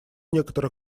некоторых